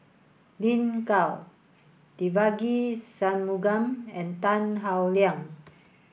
Lin Gao Devagi Sanmugam and Tan Howe Liang